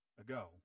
ago